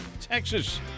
Texas